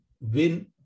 win